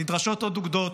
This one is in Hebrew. נדרשות עוד אוגדות,